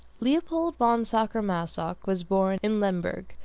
leopold von sacher-masoch was born in lemberg,